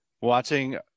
watching